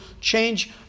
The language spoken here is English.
change